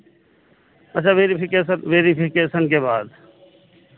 अच्छा verification verification के बाद